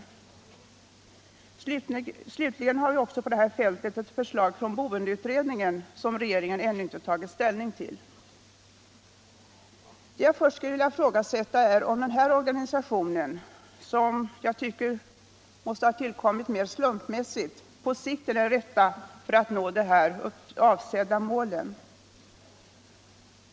Slutligen har vi också på det här fältet ett förslag från boendeutredningen som regeringen ännu inte har tagit ställning till. Det jag först skulle vilja ifrågasätta är om den här organisationen, som tycks ha tillkommit mer slumpmässigt, på sikt är den rätta för att nå de avsedda målen.